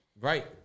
Right